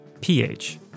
P-H